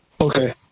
Okay